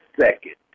second